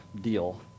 deal